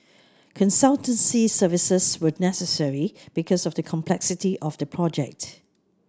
consultancy services were necessary because of the complexity of the project